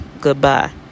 goodbye